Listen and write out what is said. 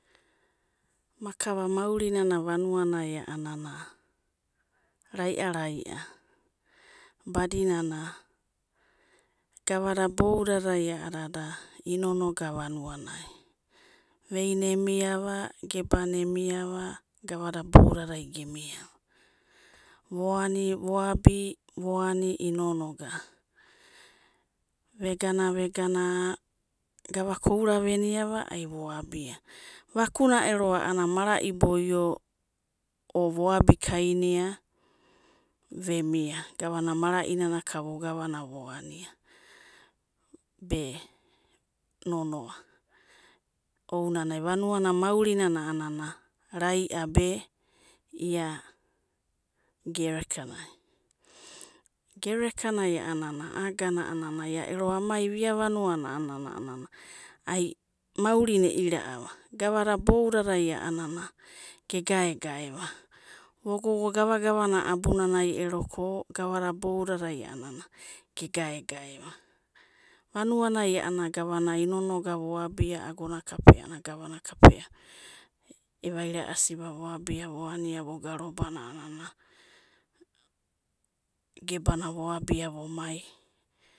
Makava maurina vanuanai a'anana, rai'a rai'a badinana, gavada ibaidadai 'anana inonoga vanuanai vei'na emiava, gebana emiava, gavada ibaidada gemiava, voani, voabi, voani inonoga, vegana vegara gavaka oura veniava a'ana ai vo'abia, vakuna ero a'anana mara'i boi'o o vo abikaina, vemia gavana mara'inana kavogavania vo ania be, nono'a ounanai vanuana maurinana rai'a be ia gerekanai, gerekanai a'anana, a'a agana a'anana, ai maurina e'ina'ava, gavada baidadai a'anana ge gae'gaeva, vo gogo gava gavana abunanai ero ko gavada gavadada ge gae'gae, vanuanai a'anana, gavana inonoga voabia agona kapea, gavana kapea evaira'asi vo ania vogana robana a'anana, gebana vo abia vo mai.